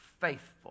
faithful